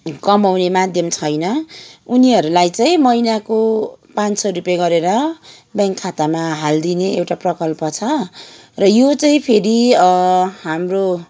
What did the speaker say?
कमाउने माध्यम छैन उनीहरूलाई चाहिँ महिनाको पाँच सय रुपियाँ गरेर ब्याङ्क खातामा हालिदिने एउटा प्रकल्प छ र यो चाहिँ फेरि हाम्रो